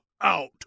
out